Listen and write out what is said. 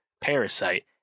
Parasite